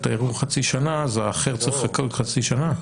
הערעור חצי שנה אז האחר צריך לחכות חצי שנה?